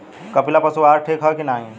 कपिला पशु आहार ठीक ह कि नाही?